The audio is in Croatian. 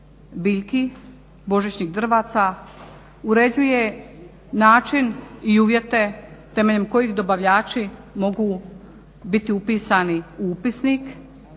biljki, božićnih drvaca. Uređuje način i uvjete temeljem kojih dobavljači mogu biti upisani u upisnik,